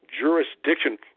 jurisdiction